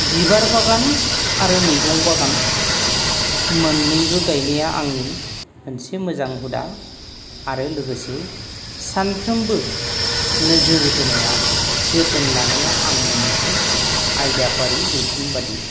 बिबार बागान आरो मैगं बागान मोननैबो गायनाया आंनि मोनसे मोजां हुदा आरो लोगोसे सानफ्रोमबो नोजोर होनाया जोथोन लानाया आंनि मोनसे आयदाफारि रुटिन बादि